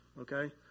okay